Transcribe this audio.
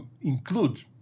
include